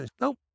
Nope